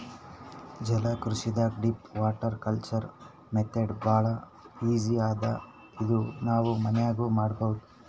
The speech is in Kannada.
ಜಲಕೃಷಿದಾಗ್ ಡೀಪ್ ವಾಟರ್ ಕಲ್ಚರ್ ಮೆಥಡ್ ಭಾಳ್ ಈಜಿ ಅದಾ ಇದು ನಾವ್ ಮನ್ಯಾಗ್ನೂ ಮಾಡಬಹುದ್